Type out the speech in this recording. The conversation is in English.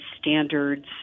standards